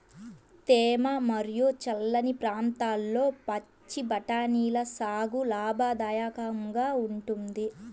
తేమ మరియు చల్లని ప్రాంతాల్లో పచ్చి బఠానీల సాగు లాభదాయకంగా ఉంటుంది